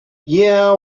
yeah